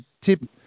tip